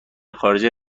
خارجه